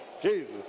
Jesus